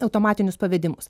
automatinius pavedimus